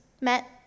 met